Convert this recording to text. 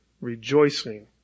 rejoicing